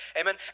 Amen